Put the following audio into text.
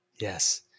Yes